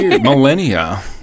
millennia